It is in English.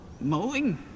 Mowing